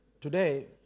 today